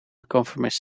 conformist